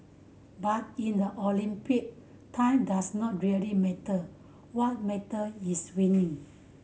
but in the Olympic time does not really matter what matter is winning